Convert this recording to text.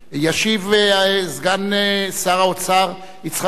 מס' 8795. ישיב סגן שר האוצר יצחק כהן,